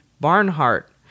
Barnhart